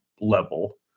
level